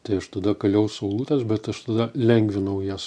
tai aš tada kaliau saulutes bet aš tada lengvinau jas